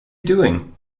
doing